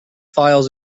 files